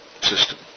system